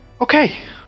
Okay